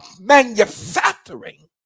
manufacturing